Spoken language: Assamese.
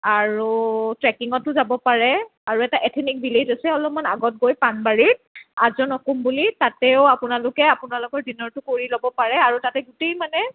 আৰু ট্ৰেকিঙতো যাব পাৰে আৰু এটা এথেনিক ভিলেজ আছে অলপমান আগত গৈ পাণবাৰীত আজন অ'কোম বুলি তাতেও আপোনালোকে আপোনালোকৰ ডিনাৰটো কৰি ল'ব পাৰে আৰু তাতে গোটেই মানে